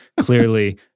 Clearly